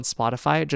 Spotify